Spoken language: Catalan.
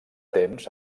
temps